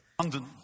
London